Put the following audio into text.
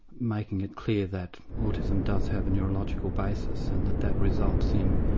making it clear that autism does have a neurological basis, and that that results in